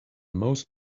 most